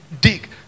Dig